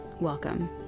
Welcome